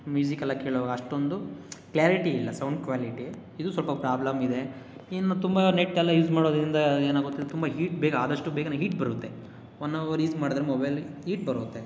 ಮ್ಯೂಸಿಕಲ್ಲ ಕೇಳೋವಾಗ ಅಷ್ಟೊಂದು ಕ್ಲಾರಿಟಿ ಇಲ್ಲ ಸೌಂಡ್ ಕ್ವಾಲಿಟಿ ಇದು ಸ್ವಲ್ಪ ಪ್ರಾಬ್ಲಮ್ಮಿದೆ ಇನ್ನು ತುಂಬ ನೆಟ್ಟೆಲ್ಲ ಯೂಸ್ ಮಾಡೋದರಿಂದ ಏನಾಗುತ್ತೆ ಇದು ತುಂಬ ಹೀಟ್ ಬೇಗ ಆದಷ್ಟು ಬೇಗನೆ ಹೀಟ್ ಬರುತ್ತೆ ಒನ್ ಅವರ್ ಯೂಸ್ ಮಾಡಿದ್ರೆ ಮೊಬೈಲ್ ಈಟ್ ಬರುತ್ತೆ